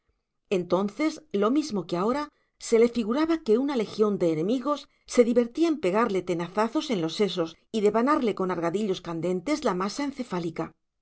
entonces lo mismo que ahora se le figuraba que una legión de enemigos se divertía en pegarle tenazazos en los sesos y devanarle con argadillos candentes la masa encefálica